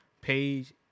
page